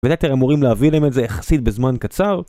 ולטר אמורים להביא להם את זה יחסית בזמן קצר